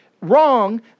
wrong